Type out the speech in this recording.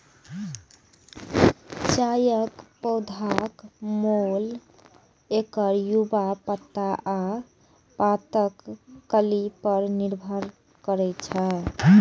चायक पौधाक मोल एकर युवा पात आ पातक कली पर निर्भर करै छै